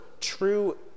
true